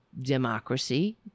democracy